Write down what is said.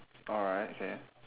alright okay